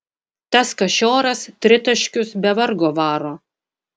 tas kašioras tritaškius be vargo varo